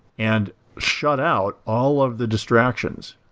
and shut out all of the distractions.